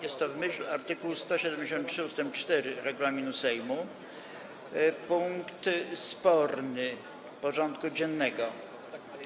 Jest to, w myśl art. 173 ust. 4 regulaminu Sejmu, punkt sporny porządku dziennego.